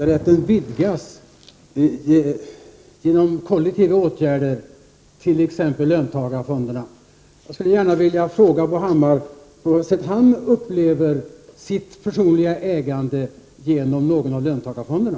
Fru talman! Bo Hammar inbillar sig att äganderätten vidgas genom kol 111 lektiva åtgärder, t.ex. löntagarfonderna. Jag skulle gärna vilja fråga Bo Hammar på vad sätt han upplever sitt personliga ägande genom någon av löntagarfonderna.